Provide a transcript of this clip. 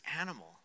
animal